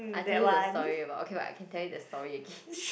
I told you the story about okay what can tell you the story again